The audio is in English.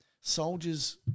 soldiers